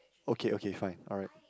okay okay fine alright